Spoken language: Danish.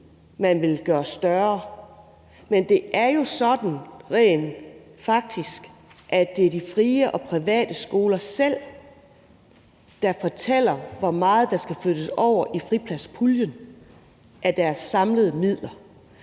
man vil gøre større. Men det er jo rent faktisk sådan, at det er de frie og private skoler selv, der fortæller, hvor meget der skal flyttes over i fripladspuljen fra deres samlede midler.